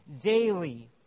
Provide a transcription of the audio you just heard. daily